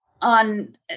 on